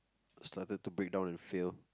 started to breakdown in frail